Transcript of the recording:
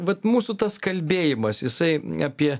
vat mūsų tas kalbėjimas jisai apie